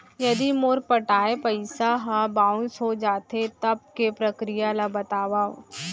यदि मोर पटाय पइसा ह बाउंस हो जाथे, तब के प्रक्रिया ला बतावव